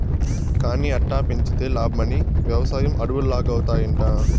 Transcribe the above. కానీ అట్టా పెంచితే లాబ్మని, వెవసాయం అడవుల్లాగౌతాయంట